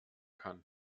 kann